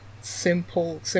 simple